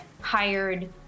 hired